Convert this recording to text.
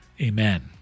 Amen